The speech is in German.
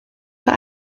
für